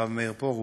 הרב מאיר פרוש,